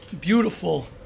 beautiful